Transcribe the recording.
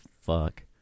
fuck